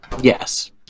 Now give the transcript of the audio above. Yes